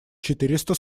четыреста